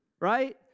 Right